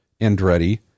Andretti